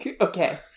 Okay